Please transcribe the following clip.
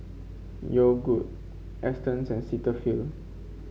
Yogood Astons and Cetaphil